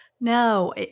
No